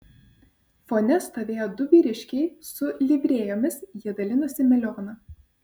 fone stovėjo du vyriškiai su livrėjomis jie dalijosi melioną